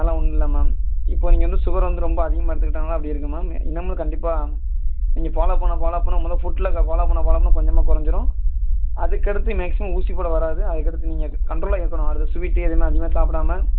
அதல்லாம் ஒன்றும் இல்லை மேம் இப்போ நீங்கள் வந்து சுகர் வந்து ரொம்ப அதிகமாக எடுத்துகிட்டதுனால அப்படி இருக்குது மேம் இன்னுமே கண்டிப்பாக நீங்கள் ஃபாலோ பண்ண ஃபாலோ பண்ண உங்கள் ஃபுட்டில் இதை ஃபாலோ பண்ண ஃபாலோ பண்ண கொஞ்சமாக குறைஞ்சிரும் அதுக்கு அடுத்து நெக்ஸ்ட்டு ஊசி போட வராது அதுக்கு அடுத்து நீங்கள் கண்ட்ரோலாக இருக்கணும் அதுக்கு சுவீட்டு எதுவும் அதிகமாக சாப்பிடாம